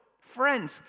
friends